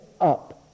up